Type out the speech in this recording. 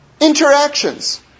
interactions